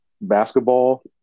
Basketball